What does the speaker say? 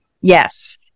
Yes